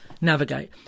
navigate